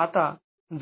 आता